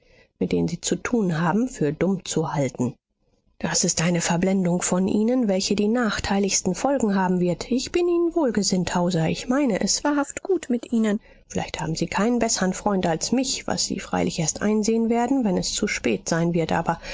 mit denen sie zu tun haben für dumm zu halten das ist eine verblendung von ihnen welche die nachteiligsten folgen haben wird ich bin ihnen wohlgesinnt hauser ich meine es wahrhaft gut mit ihnen vielleicht haben sie keinen bessern freund als mich was sie freilich erst einsehen werden wenn es zu spät sein wird aber